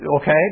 Okay